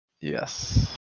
Yes